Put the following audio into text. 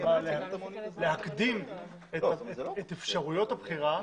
להקדים את אפשרויות הבחירה,